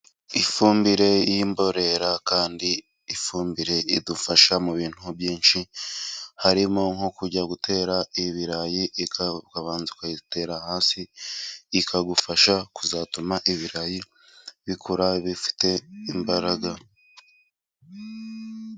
Ifumbire y'imborera kandi ifumbire idufasha mu bintu byinshi harimo nko kujya gutera ibirayi ukabanza ukayitera hasi, ikagufasha kuzatuma ibirayi bikura bifite imbaraga.